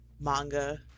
manga